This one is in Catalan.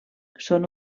són